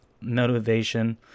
motivation